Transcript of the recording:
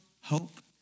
hope